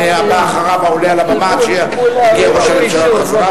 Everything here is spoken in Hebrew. הבא אחריו העולה על הבמה עד שיגיע ראש הממשלה חזרה,